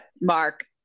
Mark